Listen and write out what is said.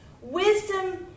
Wisdom